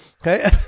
Okay